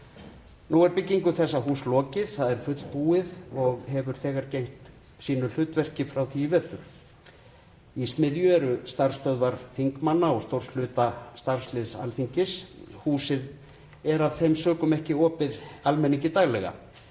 Nú er byggingu þessa húss lokið, það er fullbúið og hefur þegar gegnt sínu hlutverki síðan í vetur. Í Smiðju eru starfsstöðvar þingmanna og stórs hluta starfsliðs Alþingis. Húsið er af þeim sökum ekki opið almenningi daglega